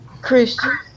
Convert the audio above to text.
christian